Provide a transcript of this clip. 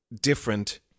different